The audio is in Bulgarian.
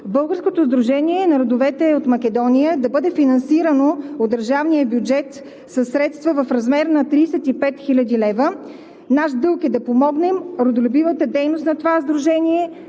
Българското сдружение на родовете от Македония да бъде финансирано от държавния бюджет със средства в размер на 35 хил. лв. Наш дълг е да помогнем родолюбивата дейност на това сдружение